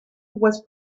was